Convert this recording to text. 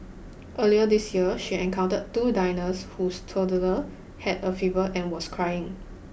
earlier this year she encountered two diners whose toddler had a fever and was crying